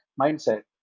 mindset